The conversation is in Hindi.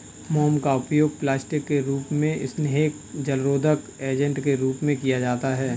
मोम का उपयोग प्लास्टिक के रूप में, स्नेहक, जलरोधक एजेंट के रूप में किया जाता है